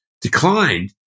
declined